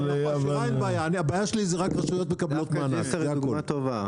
הבעיה שלי זה רק רשויות מקבלות מענק זה הכל.